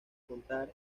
contar